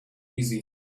easy